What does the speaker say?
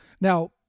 Now